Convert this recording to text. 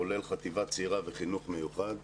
כולל חטיבה צעירה וחינוך מיוחד,